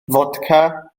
fodca